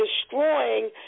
destroying